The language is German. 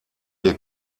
ihr